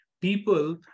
people